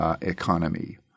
economy